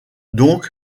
donc